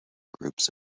groups